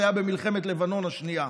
הייתה במלחמת לבנון השנייה: